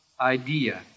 idea